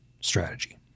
strategy